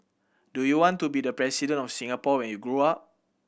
do you want to be the President of Singapore when you grow up